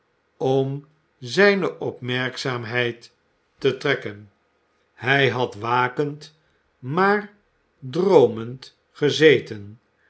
om zijne opmerkzaamheid te trekken hij had wakend maar droomend gezeten